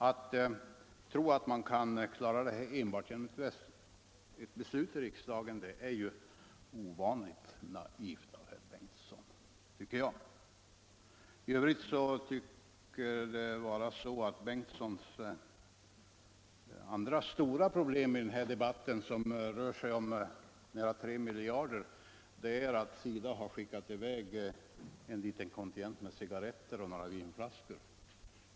Att tro att man kan klara detta enbart genom ett beslut i riksdagen är ovanligt naivt av herr Torsten Bengtson, anser jag. I övrigt tycks det vara så att herr Torsten Bengtsons andra stora problem i den här debatten, vilken rör sig om nära 3 miljarder, är att SIDA har skickat i väg en liten kontingent med cigaretter och några vinflaskor.